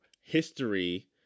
history